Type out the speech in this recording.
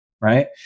right